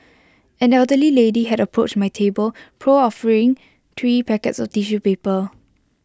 an elderly lady had approached my table proffering three packets of tissue paper